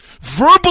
verbal